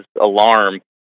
alarm